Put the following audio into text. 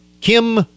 Kim